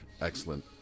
Excellent